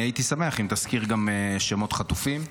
אני הייתי שמח אם תזכיר גם שמות חטופים,